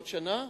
בעוד שנה,